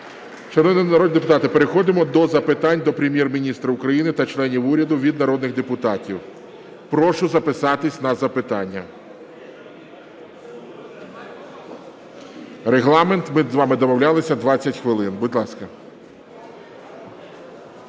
Шановні народні депутати, переходимо до запитань до Прем'єр-міністра України та членів уряду від народних депутатів. Прошу записатися на запитання. Регламент, ми з вами домовлялися, 20 хвилин. Будь ласка.